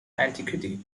antiquity